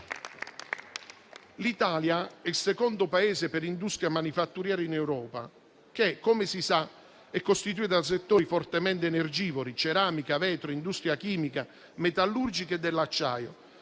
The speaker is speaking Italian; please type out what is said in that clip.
L'Italia è il secondo Paese in Europa per industria manifatturiera che, come si sa, è costituita da settori fortemente energivori: ceramica, vetro e industria chimica, metallurgica e dell'acciaio.